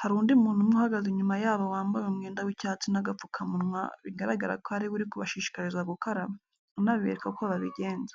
Hari undi muntu umwe uhagaze inyuma yabo wambaye umwenda w'icyatsi n'agapfukamunwa, bigaragara ko ari we uri kubashishikariza gukaraba, anabereka uko babigenza.